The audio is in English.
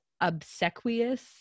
Obsequious